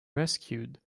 rescued